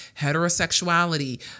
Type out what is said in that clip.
heterosexuality